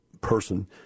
person